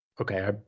okay